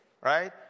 Right